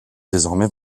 désormais